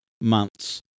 months